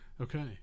okay